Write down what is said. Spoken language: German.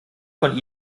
von